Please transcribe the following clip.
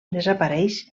desapareix